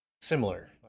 similar